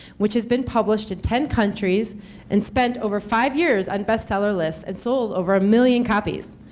which has been published in ten countries and spent over five years on bestseller lists and sold over a million copies.